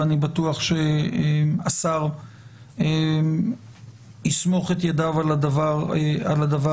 ואני בטוח שהשר יסמוך את ידיו על הדבר הזה.